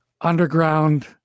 underground